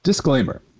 Disclaimer